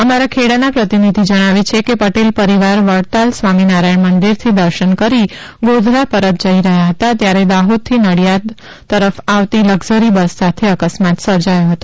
અમારા ખેડાના પ્રતિનિધિ જણાવે છે કે પટેલ પરિવાર વડતાલ સ્વામીનારાયણ મંદિરથી દર્શન કરી ગોધરા પરત જઇ રહ્યા હતા ત્યારે દાહોદથી નડીયાદ તર આવતી લક્ઝરી બસ સાથે અકસ્માત સર્જાયો હતો